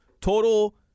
total